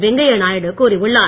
வெங்கையநாயுடு கூறியுள்ளார்